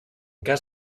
cas